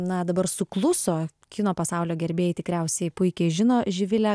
na dabar sukluso kino pasaulio gerbėjai tikriausiai puikiai žino živilę